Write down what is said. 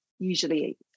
usually